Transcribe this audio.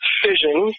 fission